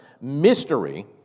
mystery